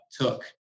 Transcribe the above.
took